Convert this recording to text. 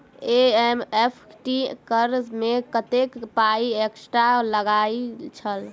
NEFT करऽ मे कत्तेक पाई एक्स्ट्रा लागई छई?